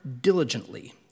diligently